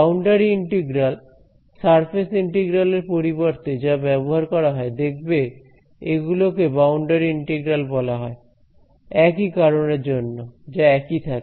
boundary integral surface integral এর পরিবর্তে যা ব্যবহার করা হয় দেখবে এগুলোকে বাউন্ডারি ইন্টিগ্রাল বলা হয় একই কারণের জন্য যা একই থাকে